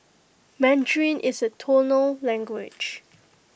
Mandarin is A tonal language